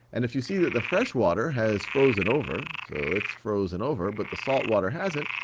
and if you see that the fresh water has frozen over, so it's frozen over, but the salt water hasn't,